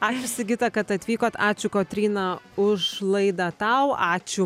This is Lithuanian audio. ačiū sigita kad atvykot ačiū kotryna už laidą tau ačiū